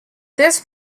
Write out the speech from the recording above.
this